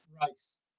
Rice